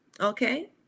okay